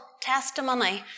testimony